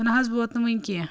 سُہ نہ حظ ووت نہٕ ونۍ کیٛنٚہہ